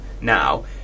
now